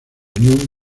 unión